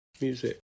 music